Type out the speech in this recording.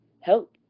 help